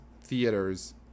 theaters